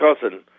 cousin